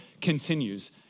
continues